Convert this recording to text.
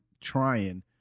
trying